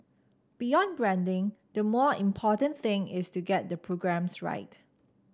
beyond branding the more important thing is to get the programmes right